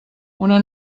una